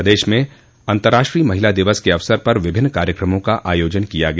प्रदेश में अन्तर्राष्ट्रीय महिला दिवस के अवसर पर विभिन्न कार्यक्रमों का आयोजन किया गया